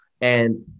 and-